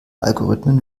algorithmen